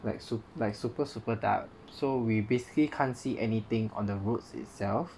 like sup~ like super super dark so we basically can't see anything on the roads itself